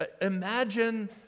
Imagine